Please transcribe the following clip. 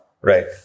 Right